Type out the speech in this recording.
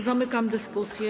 Zamykam dyskusję.